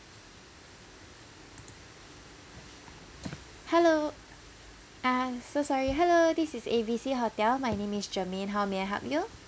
hello ah so sorry hello this is A B C hotel my name is germaine how may I help you